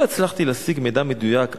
לא הצלחתי להשיג מידע מדויק,